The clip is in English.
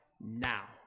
now